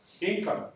income